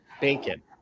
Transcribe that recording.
bacon